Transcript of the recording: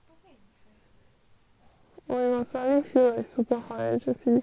!wah! 我 suddenly feel like super hot eh jessie